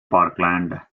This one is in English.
parkland